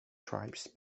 tribes